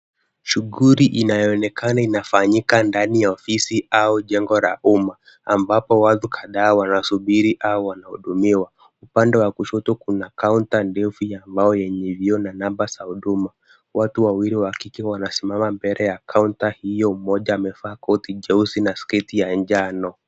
Shughuli inayonekana inafanyika ndani ya ofisi au jengo la umma, ambapo watu kadhaa wanasubiri au wanahudumiwa. Upande wa kushoto kuna kaunta ndefu ya mbao yenye vioo na namba za huduma. Watu wawili wa kike wanasimama mbele ya kaunta, hiyo mmoja amevaa koti jeusi na sketi ya njano.